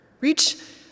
Reach